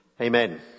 Amen